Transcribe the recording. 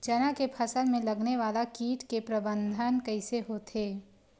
चना के फसल में लगने वाला कीट के प्रबंधन कइसे होथे?